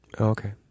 Okay